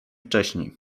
wcześniej